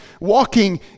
walking